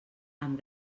amb